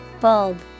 Bulb